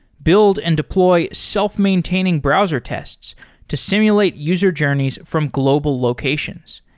build and deploy self-maintaining browser tests to simulate user journeys from global locations.